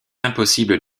impossible